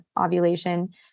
ovulation